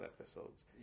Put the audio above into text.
episodes